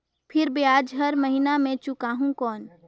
फिर ब्याज हर महीना मे चुकाहू कौन?